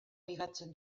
ligatzen